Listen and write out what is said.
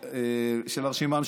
של הרשימה המשותפת.